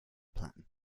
plan